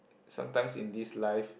sometimes in this life